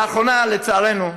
לאחרונה, לצערנו,